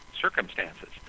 circumstances